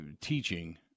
teaching